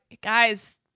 guys